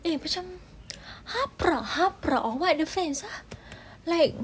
eh macam haprak haprak or what the fans ah like